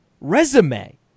resume